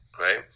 right